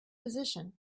position